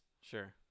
Sure